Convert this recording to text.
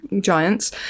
giants